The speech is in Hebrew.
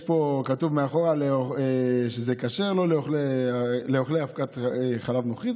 פה כתוב מאחורה שזה כשר לאוכלי אבקת חלב נוכרי.